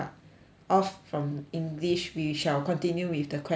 off from english we shall continue with the questions